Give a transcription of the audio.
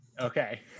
Okay